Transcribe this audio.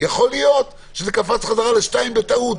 יכול להיות שזה קפץ חזרה לשניים בטעות.